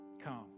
come